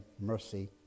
mercy